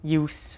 use